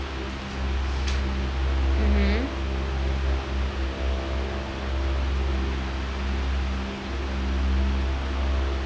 mmhmm